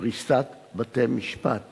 שפריסת בתי-המשפט